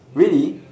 really